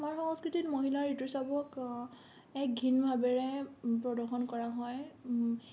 আমাৰ সংস্কৃতিত মহিলাৰ ঋতুস্ৰাৱক এক ঘিণ ভাৱেৰে প্ৰদৰ্শন কৰা হয়